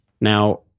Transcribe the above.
Now